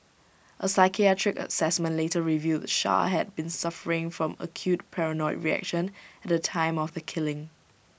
A psychiatric Assessment later revealed char had been suffering from acute paranoid reaction at the time of the killing